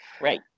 Right